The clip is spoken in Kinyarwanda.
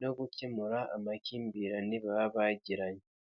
no gukemura amakimbirane baba bagiranye.